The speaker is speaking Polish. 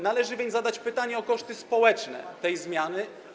Należy więc zadać pytanie o koszty społeczne tej zmiany.